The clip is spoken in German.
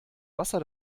wasser